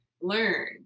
learn